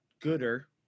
gooder